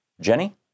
Jenny